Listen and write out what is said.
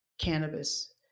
cannabis